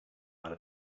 about